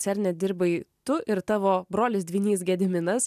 cerne dirbai tu ir tavo brolis dvynys gediminas